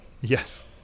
Yes